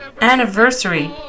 anniversary